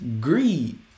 greed